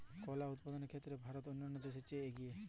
কলা উৎপাদনের ক্ষেত্রে ভারত অন্যান্য দেশের চেয়ে এগিয়ে